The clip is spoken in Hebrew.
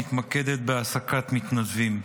המתמקדת בהעסקת מתנדבים.